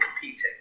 competing